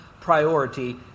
priority